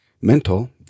Mental